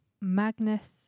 Magnus